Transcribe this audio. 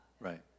Right